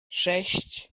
sześć